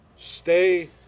Stay